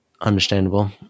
Understandable